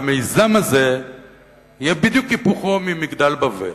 והמיזם הזה יהיה בדיוק היפוכו של מגדל בבל,